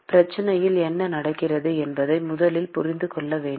பிரச்சனையில் என்ன நடக்கிறது என்பதை முதலில் புரிந்து கொள்ள வேண்டும்